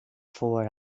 voor